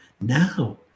now